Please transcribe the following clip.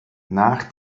nach